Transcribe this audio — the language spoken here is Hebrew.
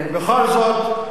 חבר הכנסת זאב.